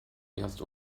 erst